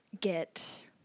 get